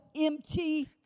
empty